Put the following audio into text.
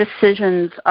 decisions